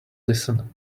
listen